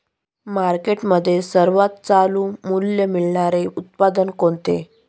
मार्केटमध्ये सर्वात चालू मूल्य मिळणारे उत्पादन कोणते?